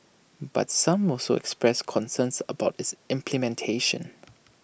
but some also expressed concerns about its implementation